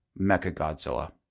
Mechagodzilla